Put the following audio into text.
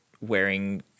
wearing